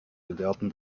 gelehrten